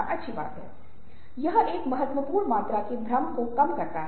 और जब ऐसा होता है तो हमें सहानुभूति का अनुभव होता है